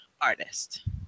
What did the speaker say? artist